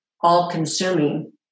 all-consuming